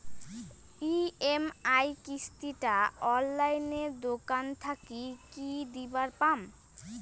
EMI কিস্তি টা অনলাইনে দোকান থাকি কি দিবার পাম?